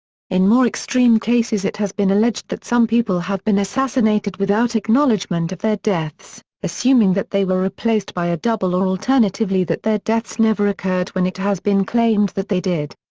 in more extreme cases it has been alleged that some people have been assassinated without acknowledgement of their deaths, assuming that they were replaced by a double or alternatively that their deaths never occurred when it has been claimed that they did.